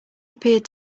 appeared